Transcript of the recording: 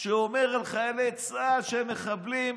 שאומר על חיילי צה"ל שהם מחבלים,